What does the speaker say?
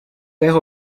jeho